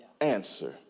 answer